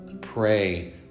pray